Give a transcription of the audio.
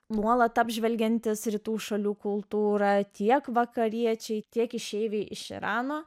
nuolat apžvelgiantis rytų šalių kultūrą tiek vakariečiai tiek išeiviai iš irano